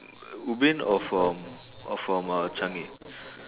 ubin or from or from uh changi